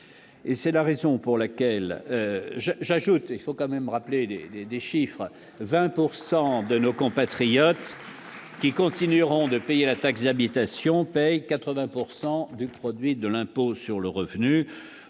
et c'est la raison pour laquelle je j'ajoute, il faut quand même rappeler les les des chiffres 20 pourcent de nos compatriotes. Qui continueront de payer la taxe d'habitation paye 80 pourcent du produit de l'impôt sur le revenu